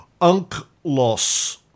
UNCLOS